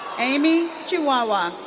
aimee chihuahua.